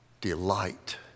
delight